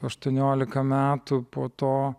aštuoniolika metų po to